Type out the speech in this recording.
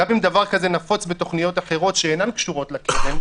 גם אם דבר כזה נפוץ בתכניות אחרות שאינן קשורות לקרן,